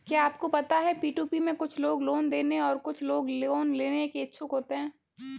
क्या आपको पता है पी.टू.पी में कुछ लोग लोन देने और कुछ लोग लोन लेने के इच्छुक होते हैं?